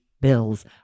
bills